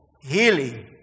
Healing